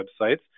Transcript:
websites